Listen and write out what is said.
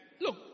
Look